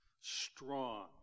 strong